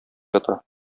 ята